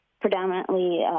predominantly